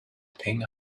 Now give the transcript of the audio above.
ping